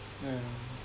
yeah